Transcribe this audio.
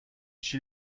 chez